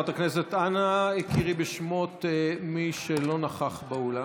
אנא קראי בשמות מי שלא נכח באולם.